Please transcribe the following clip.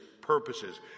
purposes